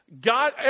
God